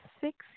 six